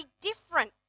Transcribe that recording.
different